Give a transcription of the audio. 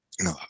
No